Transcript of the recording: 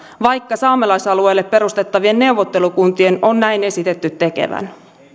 vaikka saamelaisalueelle perustettavien neuvottelukuntien on näin esitetty tekevän